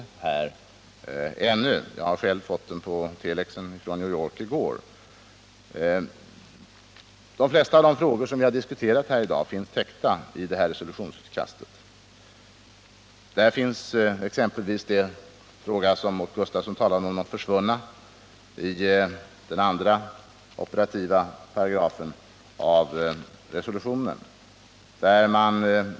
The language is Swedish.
Själv fick jag den i går på telex från New York. De flesta av de frågor som jag har diskuterat här i dag finns täckta i det här resolutionsutkastet. Där, i den andra operativa paragrafen, behandlas exempelvis frågan om de försvunna som Åke Gustavsson tog upp.